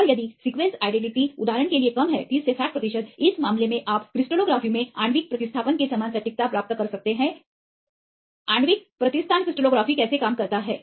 और यदि sequence identity उदाहरण के लिए कम है 30 से 60 प्रतिशत इस मामले में आप क्रिस्टलोग्राफी में आणविक प्रतिस्थापन के समान सटीकता प्राप्त कर सकते हैं कि आणविक प्रतिस्थापन क्रिस्टलोग्राफी कैसे काम करता है